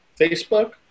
Facebook